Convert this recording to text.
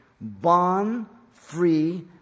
bond-free